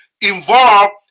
involved